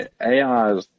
AI